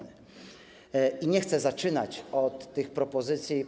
Nie chcę zaczynać od tych propozycji.